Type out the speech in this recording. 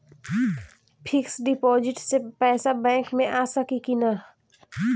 Fix deposit से पैसा bank मे आ सकी कि ना?